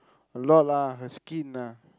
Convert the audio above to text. a lot lah her skin ah